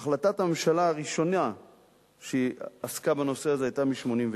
החלטת הממשלה הראשונה שעסקה בנושא הזה היתה מ-1989,